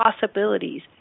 possibilities